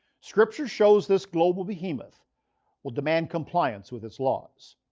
scripture shows this global behemoth will demand compliance with its laws.